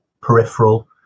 peripheral